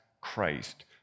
Christ